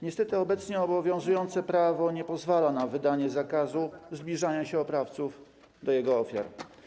Niestety obecnie obowiązujące prawo nie pozwala na wydanie zakazu zbliżania się oprawców do ich ofiar.